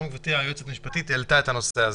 גם גברתי היועצת המשפטית העלתה את זה.